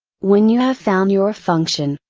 when you have found your function,